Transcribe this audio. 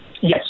Yes